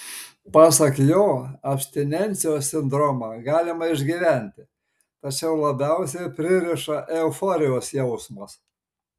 pasak jo abstinencijos sindromą galima išgyventi tačiau labiausiai pririša euforijos jausmas